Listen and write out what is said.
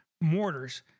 mortars